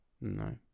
No